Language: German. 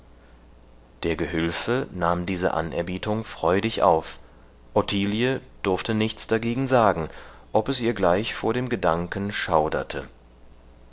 der gehülfe nahm diese anerbietung freudig auf ottilie durfte nichts dagegen sagen ob es ihr gleich vor dem gedanken schauderte